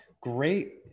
Great